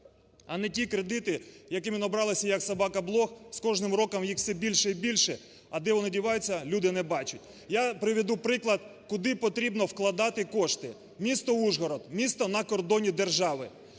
А не ті кредити, якими набралися, як собака блох, з кожним роком їх все більше і більше, а де вони діваються люди не бачать. Я приведу приклад, куди потрібно вкладати кошти. Місто Ужгород, місто на кордоні держави,